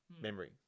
memory